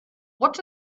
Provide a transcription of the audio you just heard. what